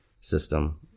system